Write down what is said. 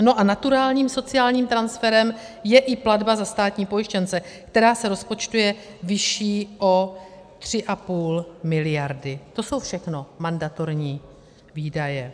A naturální sociálním transferem je i platba za státní pojištěnce, která se rozpočtuje vyšší o 3,5 mld. To jsou všechno mandatorní výdaje.